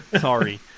Sorry